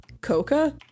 Coca